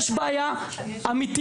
יש בעיה אמתית,